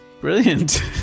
brilliant